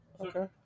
Okay